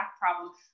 problems